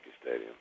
Stadium